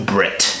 Brit